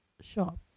shop